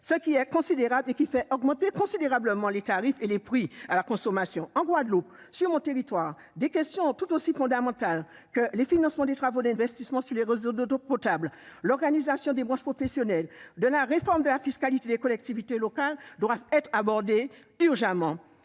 ce qui fait considérablement augmenter les tarifs, donc les prix à la consommation ? En Guadeloupe, sur mon territoire, des questions tout aussi fondamentales- financements des travaux d'investissements sur les réseaux d'eau potable, organisation des branches professionnelles, réforme de la fiscalité des collectivités locales -doivent être abordées urgemment